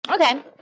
Okay